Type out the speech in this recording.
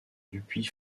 dupuis